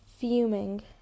fuming